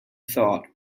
thought